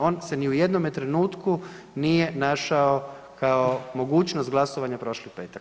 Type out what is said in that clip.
On se ni u jednome trenutku nije našao kao mogućnost glasovanja prošli petak.